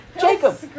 Jacob